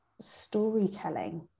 storytelling